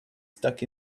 stuck